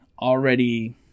already